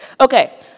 Okay